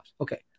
Okay